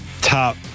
top